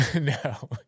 no